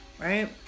Right